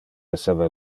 esseva